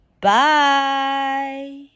Bye